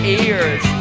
ears